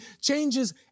changes